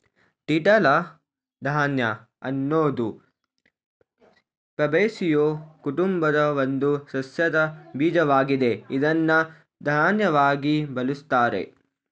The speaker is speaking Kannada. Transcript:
ದ್ವಿದಳ ಧಾನ್ಯ ಅನ್ನೋದು ಫ್ಯಾಬೇಸಿಯೊ ಕುಟುಂಬದ ಒಂದು ಸಸ್ಯದ ಬೀಜವಾಗಿದೆ ಇದ್ನ ಧಾನ್ಯವಾಗಿ ಬಳುಸ್ತಾರೆ